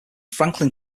franklin